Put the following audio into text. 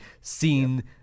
seen